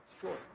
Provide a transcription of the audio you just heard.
Sure